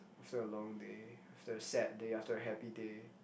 is a long day after a sad day after a happy day